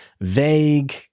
vague